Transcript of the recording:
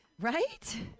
right